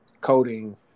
coding